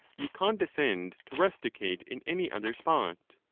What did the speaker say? you condescend to rusticate in any other spot.